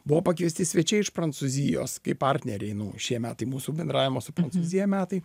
buvo pakviesti svečiai iš prancūzijos kaip partneriai nu šie metai mūsų bendravimo su prancūzija metai